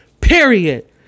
Period